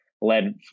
led